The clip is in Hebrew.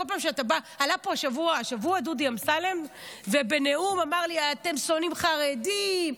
עלה פה השבוע דודי אמסלם ובנאום אמר לי: אתם שונאים חרדים,